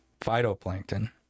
phytoplankton